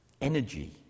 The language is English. energy